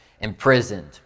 imprisoned